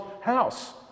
house